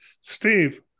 Steve